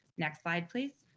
next slide, please.